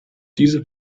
diese